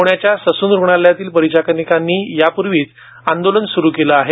पुण्याच्या ससून रुग्णालयातील परिचारिकांनी यापूर्वीच आंदोलन सुरू केलं आहे